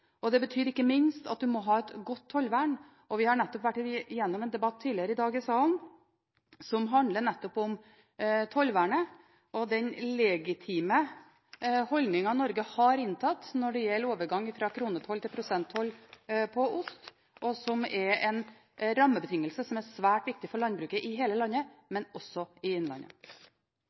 og det betyr ikke minst at man må ha et godt tollvern. Vi har tidligere i dag vært gjennom en debatt her i salen som handlet nettopp om tollvernet og den legitime holdninga Norge har inntatt når det gjelder overgang fra kronetoll til prosenttoll på ost. Dette er en rammebetingelse som er svært viktig for landbruket i hele landet, også i innlandet.